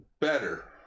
better